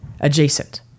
adjacent